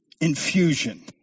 infusion